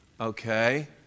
Okay